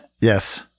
Yes